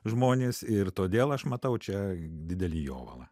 žmonės ir todėl aš matau čia didelį jovalą